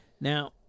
Now